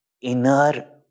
inner